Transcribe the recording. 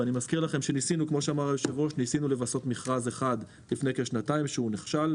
ואני מזכיר לכם שניסינו --- מכרז אחד לפני כשנתיים והוא נכשל.